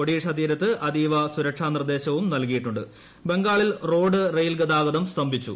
ഒഡീഷ തീരത്ത് അതീവ സുരക്ഷാ നിർദ്ദേശം നൽകിബംഗാളിൽ റോഡ് റെയിൽ ഗതാഗതം സ്തംഭിച്ചു